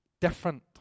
different